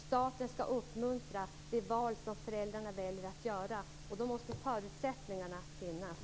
Staten skall uppmuntra det val som föräldrarna gör, och då måste förutsättningarna finnas.